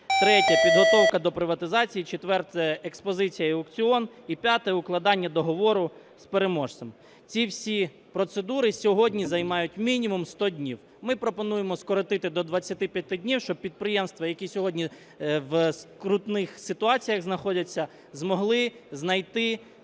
Третє – підготовка до приватизації. Четверте – експозиція і аукціон. І п'яте – укладання договору з переможцем. Ці всі процедури сьогодні займають мінімум 100 днів. Ми пропонуємо скоротити до 25 днів, щоб підприємства, які сьогодні в скрутних ситуаціях знаходяться, змогли знайти